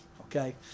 Okay